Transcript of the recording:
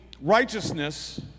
righteousness